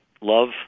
love